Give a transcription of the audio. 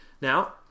now